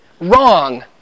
wrong